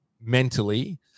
mentally